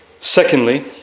Secondly